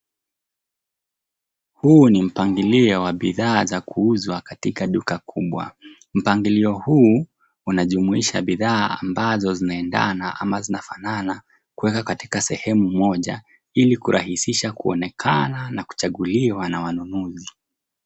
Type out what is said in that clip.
Huu ni mpangilio wa bidhaa za kuuzwa katika duka kubwa. Mpangilio huu unajumuisha bidhaa ambazo zinaendana ama zinafanana kueka katika sehemu moja ili kurahisisha kuonekana na kuchaguliwa na wanunuzi.